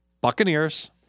Buccaneers